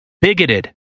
bigoted